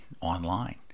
online